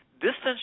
distance